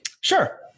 Sure